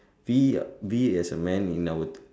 we we as a man in our